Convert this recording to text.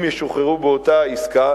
אם ישוחררו באותה עסקה,